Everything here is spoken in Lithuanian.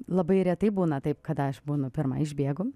labai retai būna taip kad aš būnu pirma išbėgu